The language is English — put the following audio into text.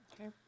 Okay